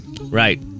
Right